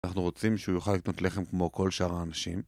אנחנו רוצים שהוא יוכל לקנות לחם כמו כל שאר האנשים